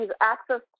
access